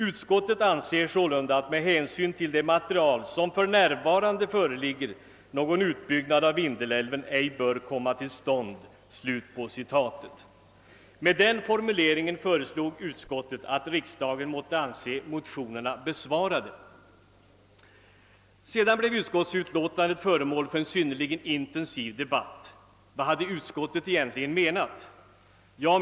Utskottet anser sålunda att med hänsyn till det material som för närvarande föreligger, någon utbyggnad av Vindelälven ej bör komma till stånd.» Med den formuleringen föreslog utskottet att riksdagen måtte anse motionerna besvarade. Utskottsutlåtandet blev sedan föremål för en synnerligen intensiv debatt. Vad hade utskottet egentligen menat?